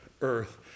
earth